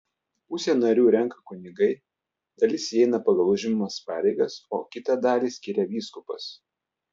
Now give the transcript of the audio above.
pusę narių renka kunigai dalis įeina pagal užimamas pareigas o kitą dalį skiria vyskupas